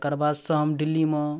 ओकर बादसँ हम दिल्लीमे